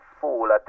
fool